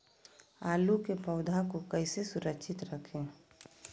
आलू के पौधा को कैसे सुरक्षित रखें?